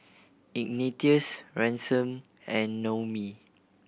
Ignatius Ransom and Noemie